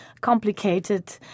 complicated